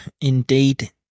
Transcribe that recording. indeed